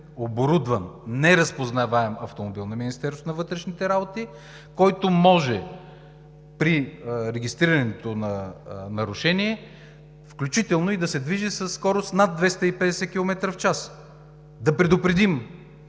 оборудван, неразпознаваем автомобил на Министерството на вътрешните работи, който може при регистрирането на нарушение, включително да се движи със скорост над 250 км/ч, да предупредим